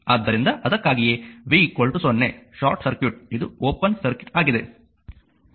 ಆದ್ದರಿಂದ ಅದಕ್ಕಾಗಿಯೇ v 0 short circuit ಇದು ಓಪನ್ ಸರ್ಕ್ಯೂಟ್ ಆಗಿದೆ